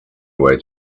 way